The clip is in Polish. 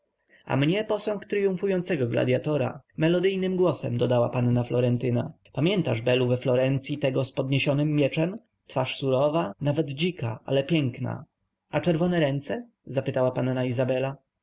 a mnie posąg tryumfującego gladyatora melodyjnym głosem dodała panna florentyna pamiętasz belu we florencyi tego z podniesionym mieczem twarz surowa nawet dzika ale piękna a czerwone ręce zapytała panna izabela